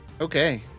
Okay